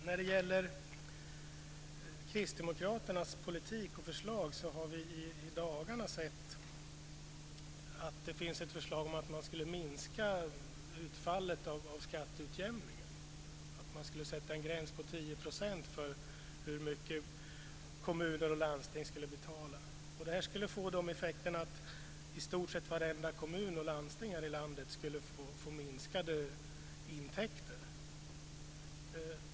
När det gäller Kristdemokraternas politik och era förslag, har vi i dagarna sett att det finns ett förslag om att man ska minska utfallet av skatteutjämningen. Man ska sätta en gräns på 10 % för hur mycket kommuner och landsting ska betala. Det här skulle få den effekten att i stort sett varenda kommun och landsting här i landet skulle få minskade intäkter.